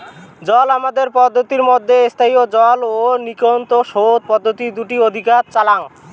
জল আবাদের পদ্ধতিত মইধ্যে স্থায়ী জল ও নিয়ন্ত্রিত সোত পদ্ধতি দুইটা অধিক চলাং